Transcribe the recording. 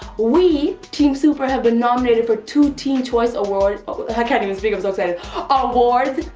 we, team super, have been nominated for two teen choice award i can't even speak i'm so excited awards.